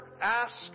ask